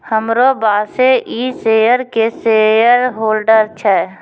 हमरो बॉसे इ शेयर के शेयरहोल्डर छै